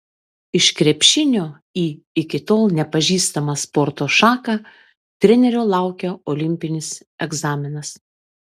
iš krepšinio į iki tol nepažįstamą sporto šaką trenerio laukia olimpinis egzaminas